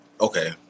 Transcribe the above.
Okay